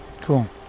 cool